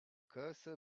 cursor